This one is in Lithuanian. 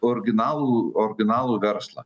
originalų originalų verslą